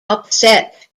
upset